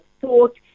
thought